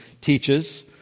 teaches